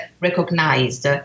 recognized